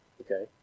Okay